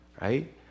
right